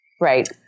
Right